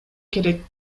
керек